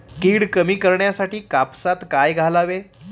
कीड कमी करण्यासाठी कापसात काय घालावे?